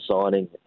signing